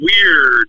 weird